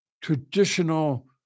traditional